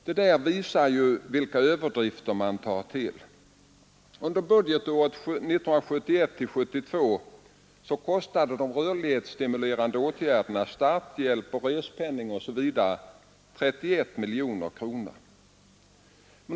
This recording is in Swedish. Detta påstående visar vilka överdrifter man tar till. Under budgetåret 1971/72 kostade de rörlighetsstimulerande åtgärderna — starthjälp, respenning osv. — 31 miljoner kronor.